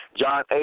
John